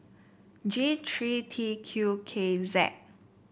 G three T Q K Z